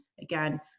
again